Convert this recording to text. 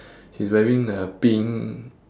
she's wearing a pink